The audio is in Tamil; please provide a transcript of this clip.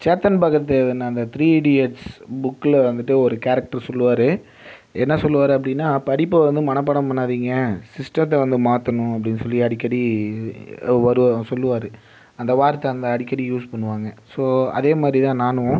சேத்தன் பகத் அந்த த்ரீ இடியட்ஸ் புக்கில் வந்துவிட்டு ஒரு கேரக்டர் சொல்வாரு என்ன சொல்வாரு அப்படின்னா படிப்பை வந்து மனப்பாடம் பண்ணாதிங்க சிஸ்டத்தை வந்து மாற்றணும் அப்படின்னு சொல்லி அடிக்கடி வரும் சொல்வாரு அந்த வார்த்தை அந்த அடிக்கடி யூஸ் பண்ணுவாங்க ஸோ அதேமாதிரி தான் நானும்